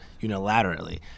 unilaterally